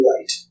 light